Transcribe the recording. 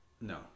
No